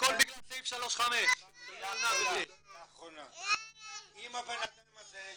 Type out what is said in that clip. --- הכל בגלל סעיף 35. אם הבנאדם הזה,